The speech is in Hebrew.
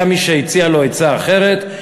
היה מי שהציע לו עצה אחרת,